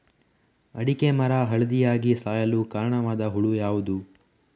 ಅಡಿಕೆ ಮರ ಹಳದಿಯಾಗಿ ಸಾಯಲು ಕಾರಣವಾದ ಹುಳು ಯಾವುದು?